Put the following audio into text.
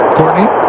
Courtney